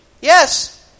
Yes